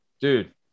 Dude